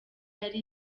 yari